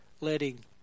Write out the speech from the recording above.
letting